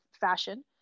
fashion